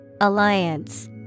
Alliance